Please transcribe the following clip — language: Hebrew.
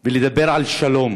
ולדבר על שלום,